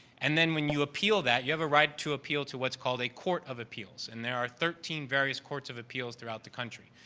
and then when you appeal that, you have a right to appeal to what's called a court of appeals. and there are thirteen various courts of appeals throughout the country.